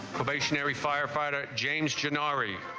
stationary firefighter james ginori